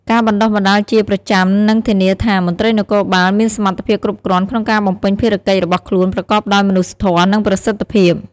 ការបណ្ដុះបណ្ដាលជាប្រចាំនឹងធានាថា មន្ត្រីនគរបាលមានសមត្ថភាពគ្រប់គ្រាន់ក្នុងការបំពេញភារកិច្ចរបស់ខ្លួនប្រកបដោយមនុស្សធម៌ និងប្រសិទ្ធភាព។